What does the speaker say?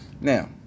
Now